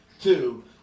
two